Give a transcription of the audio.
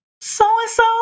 so-and-so